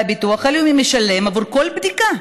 והביטוח הלאומי משלם עבור כל בדיקה.